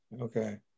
Okay